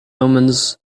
omens